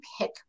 pick